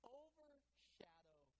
overshadow